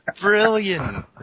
brilliant